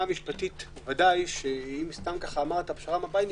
המשפטית ודאי שאם אמרת פשרה מפא"יניקית,